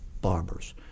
barbers